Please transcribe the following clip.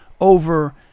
over